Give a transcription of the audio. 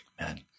Amen